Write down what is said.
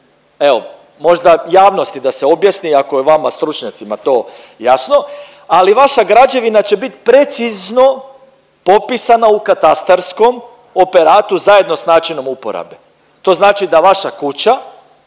Možda javnosti da se objasni ako je vama stručnjacima to jasno, ali vaša građevina će bit precizno popisana u katastarskom operatu zajedno s načinom uporabe. To znači da vaša kuća